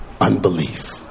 unbelief